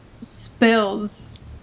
spills